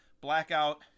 blackout